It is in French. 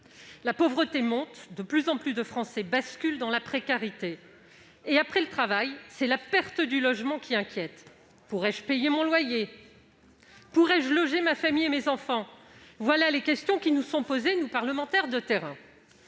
La pauvreté progresse ; un nombre croissant de Français bascule dans la précarité. Après le travail, c'est la perte du logement qui inquiète. Pourrais-je payer mon loyer ? Pourrais-je loger ma famille et mes enfants ? Voilà les questions qui nous sont posées, à nous parlementaires de terrain.